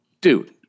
dude